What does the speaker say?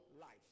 life